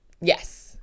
Yes